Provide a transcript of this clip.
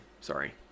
Sorry